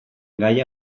gaia